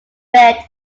bed